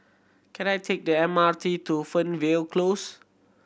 can I take the M R T to Fernvale Close